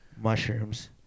mushrooms